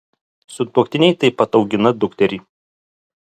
sutuoktiniai taip pat augina dukterį